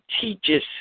teaches